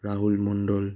Rahul Mondal